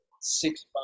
six